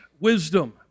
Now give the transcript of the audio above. wisdom